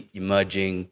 emerging